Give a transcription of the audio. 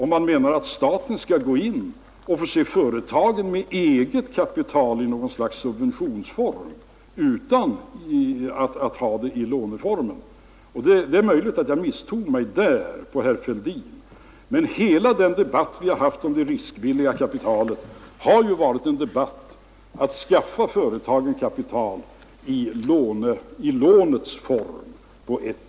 Menar man att staten skall gå in och förse företagen med eget kapital i form av subventioner och inte i form av lån? Hela den debatt vi fört om det riskvilliga kapitalet har ju gällt möjligheterna att skaffa företagen kapital i form av lån.